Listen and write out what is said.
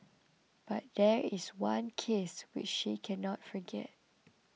but there is one case which she cannot forget